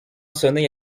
sonner